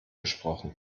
gesprochen